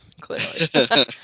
clearly